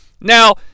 Now